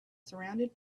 surrounded